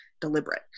deliberate